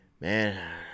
Man